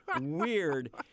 weird